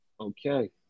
Okay